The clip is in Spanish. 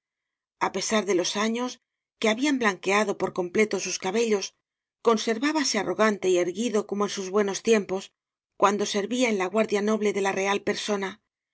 asceta a pesar de los años que habían blanqueado por completo sus ca bellos conservábase arrogante y erguido como en sus buenos tiempos cuando servía en la guardia noble de la real persona